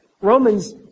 Romans